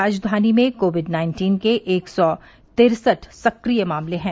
राजधानी में Covid nineteen के एक सौ तिरसठ सक्रिय मामले हैं